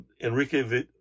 Enrique